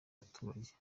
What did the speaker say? abaturage